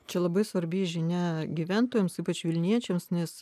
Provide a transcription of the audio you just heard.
čia labai svarbi žinia gyventojams ypač vilniečiams nes